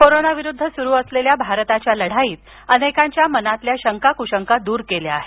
कोरोनाविरुद्ध सुरू असलेल्या भारताच्या लढाईनं अनेकांच्या मनातील शंका कुशंका दूर केल्या आहेत